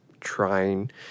trying